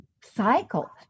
cycle